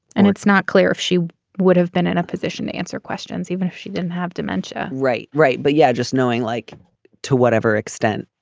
and it's not clear if she would have been in a position to answer questions even if she didn't have dementia. right. right. but yeah just knowing like to whatever extent